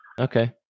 Okay